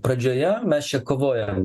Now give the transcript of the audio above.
pradžioje mes čia kovojom